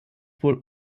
wohl